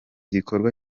gikorwa